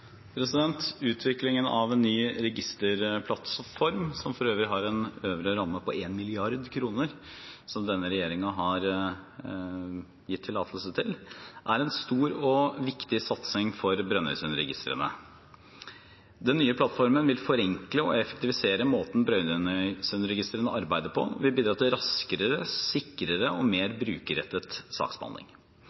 Utviklingen av en ny registerplattform, som for øvrig har en øvre ramme på 1 mrd. kr, som denne regjeringen har gitt tillatelse til, er en stor og viktig satsing for Brønnøysundregistrene. Den nye plattformen vil forenkle og effektivisere måten Brønnøysundregistrene arbeider på, og vil bidra til raskere, sikrere og mer brukerrettet saksbehandling.